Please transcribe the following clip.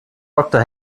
doktor